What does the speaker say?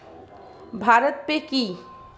Bharat pay কি?